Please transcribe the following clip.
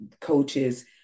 coaches